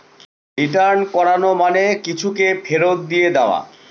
return করানো মানে কিছুকে ফেরত দিয়ে দেওয়া